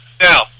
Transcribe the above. Now